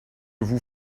vous